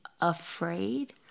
afraid